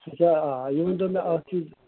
اَچھا آ یہِ ؤنۍتو مےٚ اکھ چیٖز